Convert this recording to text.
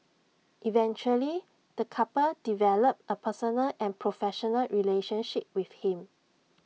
eventually the couple developed A personal and professional relationship with him